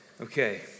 Okay